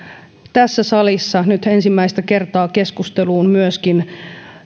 tässä salissa nyt ensimmäistä kertaa keskusteluun myöskin